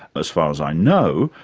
as far as i know,